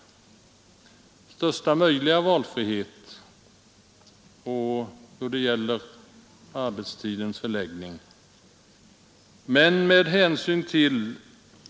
Det gäller största möjliga valfrihet beträffande arbetstidens förläggning.